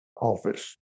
office